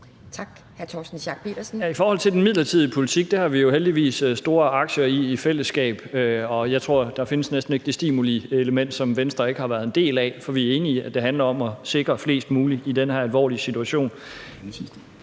17:23 Torsten Schack Pedersen (V): I forhold til den midlertidige politik vil jeg sige, at vi jo heldigvis begge har store aktier i den – i fællesskab – og jeg tror næsten ikke, der findes det stimulielement, som Venstre ikke har været en del af, for vi er enige i, at det handler om at sikre flest mulige i den her alvorlige situation.